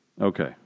Okay